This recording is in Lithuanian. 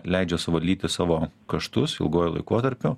leidžia suvaldyti savo kaštus ilguoju laikotarpiu